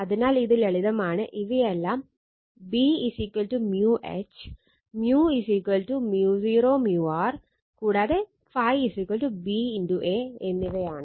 അതിനാൽ ഇത് ലളിതമാണ് ഇവയെല്ലാം B μ H μ μ0 μr and ∅ B A എന്നിവയാണ്